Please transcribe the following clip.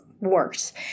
worse